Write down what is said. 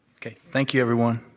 okay. thank you, everyone.